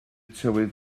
tywydd